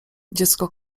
dziecko